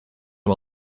him